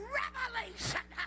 revelation